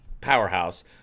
powerhouse